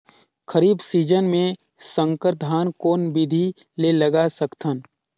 खरीफ season मे संकर धान कोन विधि ले लगा सकथन?